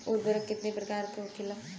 उर्वरक कितना प्रकार के होखेला?